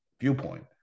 viewpoint